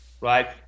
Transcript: Right